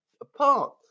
apart